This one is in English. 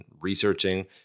researching